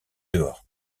dehors